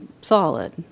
solid